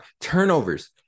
Turnovers